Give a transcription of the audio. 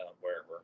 wherever